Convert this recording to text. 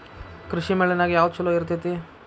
ಕೃಷಿಮೇಳ ನ್ಯಾಗ ಯಾವ್ದ ಛಲೋ ಇರ್ತೆತಿ?